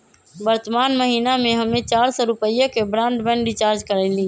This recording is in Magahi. वर्तमान महीना में हम्मे चार सौ रुपया के ब्राडबैंड रीचार्ज कईली